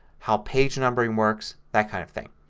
how page numbering works, that kind of thing.